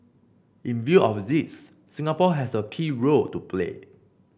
in view of this Singapore has a key role to play